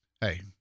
hey